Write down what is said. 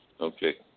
Okay